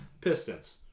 Pistons